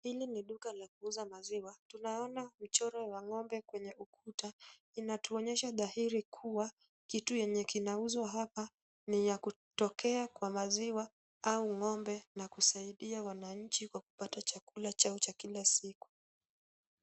Hili ni duka la kuuza maziwa, tunaona mchoro wa ng’ombe kwenye ukuta, inatuonyesha dhahiri kuwa kitu chenye kinauzwa hapa ni ya kutokea kwa maziwa au ng’ombe na kusaidia wananchi kwa kupata chakula chao cha kila siku.